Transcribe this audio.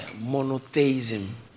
Monotheism